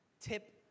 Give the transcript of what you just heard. Tip